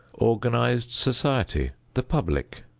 organized society, the public,